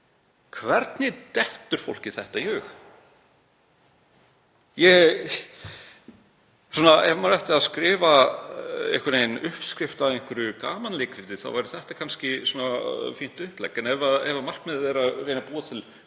Hvernig dettur fólki það í hug?